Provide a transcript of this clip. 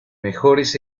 mejores